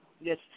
Yes